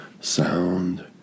sound